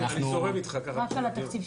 אנחנו --- מה שאתה אומר